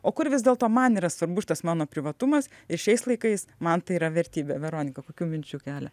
o kur vis dėlto man yra svarbus šitas mano privatumas ir šiais laikais man tai yra vertybė veronika kokių minčių kelia